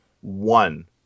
one